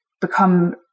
become